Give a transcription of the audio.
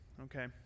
okay